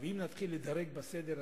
אם נתחיל לדרג בסדר,